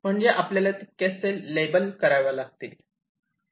म्हणजे आपल्याला तितक्या सेल लेबल कराव्या लागतील